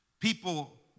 People